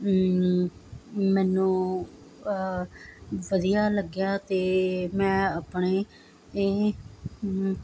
ਮੈਨੂੰ ਵਧੀਆ ਲੱਗਿਆ ਅਤੇ ਮੈਂ ਆਪਣੇ ਇਹ